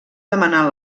demanar